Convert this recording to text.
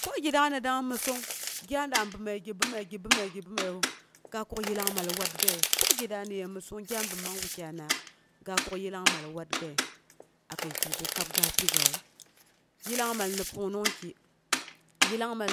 Ko gi dang ani ye məsson gya da bəoməi, gi bəomai ga kuk yillangmal watgaya ko gi da an'ye məssong gya bəom man wukyai naak ga kuk yillangmal watgaye akai kigu ga pigawu. Yillangmal